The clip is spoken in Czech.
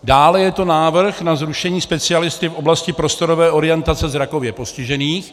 Dále je to návrh na zrušení specialisty v oblasti prostorové orientace zrakově postižených.